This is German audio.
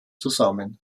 zusammen